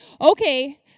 okay